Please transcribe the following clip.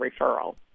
referral